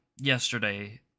yesterday